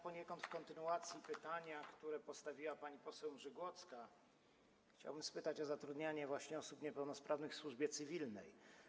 Poniekąd kontynuując pytanie, które postawiła pani poseł Mrzygłocka, chciałbym spytać o zatrudnianie właśnie osób niepełnosprawnych w służbie cywilnej.